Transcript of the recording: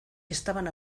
estaban